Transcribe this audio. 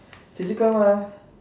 physical mah